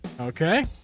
Okay